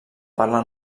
parla